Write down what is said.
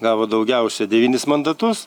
gavo daugiausia devynis mandatus